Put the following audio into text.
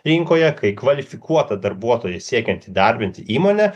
rinkoje kai kvalifikuotą darbuotoją siekiant įdarbinti įmonę